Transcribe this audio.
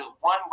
one